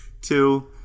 Two